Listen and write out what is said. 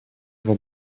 его